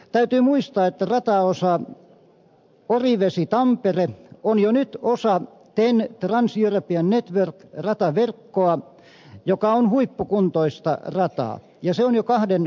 täytyy muistaa että rataosa orivesitampere on jo nyt osa ten eli trans european networks rataverkkoa joka on huippukuntoista rataa ja se on jo kahden raideparin rata